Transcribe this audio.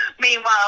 Meanwhile